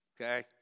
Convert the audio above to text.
okay